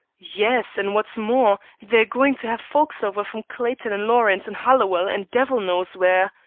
yes, and what's more, they are going to have folks over from clayton and lawrence and hollowell and devil knows where.